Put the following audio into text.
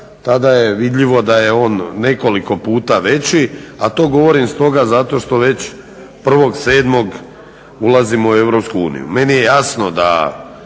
tada je vidljivo da je on nekoliko puta veći a to govorim stoga zato što već 1. 7. ulazimo u Europsku uniju. Meni je jasno da